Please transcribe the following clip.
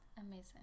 amazing